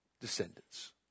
descendants